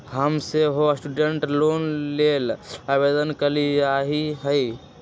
हम सेहो student loan के लेल आवेदन कलियइ ह